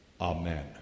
Amen